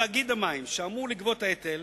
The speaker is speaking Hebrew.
או תאגיד המים שאמור לגבות את ההיטל,